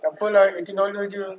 takpe lah eighteen dollar jer